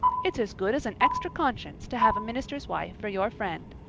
it's as good as an extra conscience to have a minister's wife for your friend.